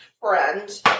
friend